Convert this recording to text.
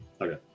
Okay